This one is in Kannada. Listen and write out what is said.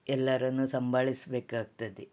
ಎಲ್ಲರನ್ನು ಸಂಭಾಳಿಸ್ಬೇಕಾಗ್ತದೆ